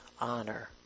honor